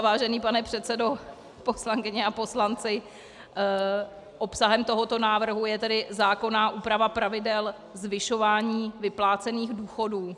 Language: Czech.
Vážený pane předsedo, poslankyně a poslanci, obsahem tohoto návrhu je tedy zákonná úprava pravidel zvyšování vyplácených důchodů.